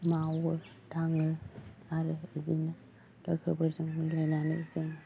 मावो दाङो आरो बिदिनो लोगोफोरजों मिलायनानै जों